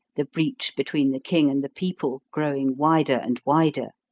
the breach between the king and the people growing wider and wider.